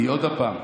כי עוד הפעם,